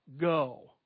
go